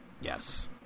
Yes